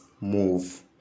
move